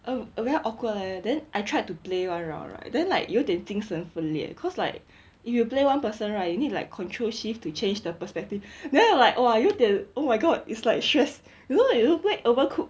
um err very awkward leh then I tried to play one round right then like 有点精神分裂 cause like if you play one person right you need like control shift to change the perspective then I'm like oh ah 有点 oh my god it's like stress you know when you play overcook